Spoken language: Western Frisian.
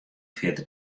fierder